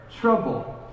trouble